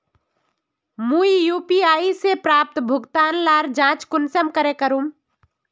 मुई यु.पी.आई से प्राप्त भुगतान लार जाँच कुंसम करे करूम?